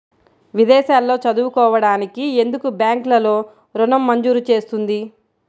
విదేశాల్లో చదువుకోవడానికి ఎందుకు బ్యాంక్లలో ఋణం మంజూరు చేస్తుంది?